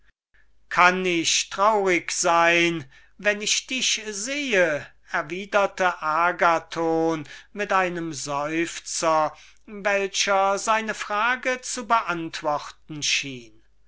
kann ich traurig sein wenn ich dich sehe erwiderte agathon mit einem seufzer welcher seine frage zu beantworten schien